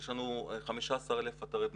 יש לנו 15,000 אתרי בנייה.